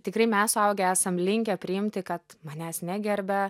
tikrai mes suaugę esam linkę priimti kad manęs negerbia